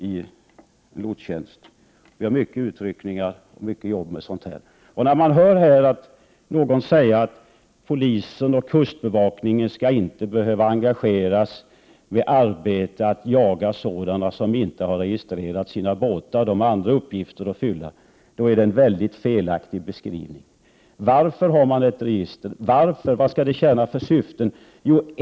I lotstjänsten har vi mycket utryckningar och jobb med sådant. När det här sägs att polisen och kustbevakningen inte skall engageras för att jaga den som inte registrerat sina båtar, de har andra uppgifter att fylla, då är detta en felaktig beskrivning. Vad skall registret tjäna för syfte?